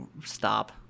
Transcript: stop